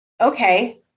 okay